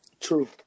true